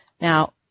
Now